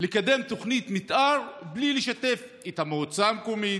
לקדם תוכנית מתאר בלי לשתף את המועצה המקומית,